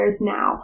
now